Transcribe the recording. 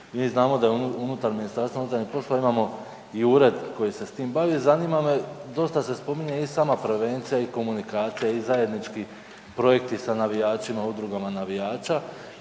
Mi znamo da unutar MUP-a imamo i ured koji se s tim bavi. Zanima me, dosta se spominje i sama prevencija i komunikacija i zajednički projekti sa navijačima, udrugama navijača,